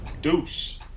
Deuce